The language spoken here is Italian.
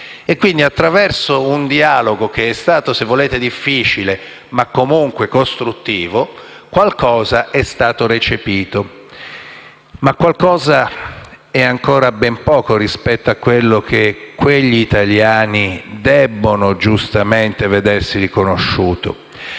tutto. Attraverso un dialogo che è stato difficile, ma comunque costruttivo, qualcosa è stato recepito, ma "qualcosa" è ancora ben poco rispetto a quello che quegli italiani debbono giustamente vedersi riconosciuto.